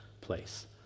place